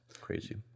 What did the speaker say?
Crazy